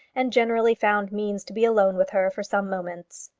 and generally found means to be alone with her for some moments.